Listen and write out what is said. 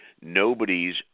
nobody's